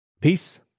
Peace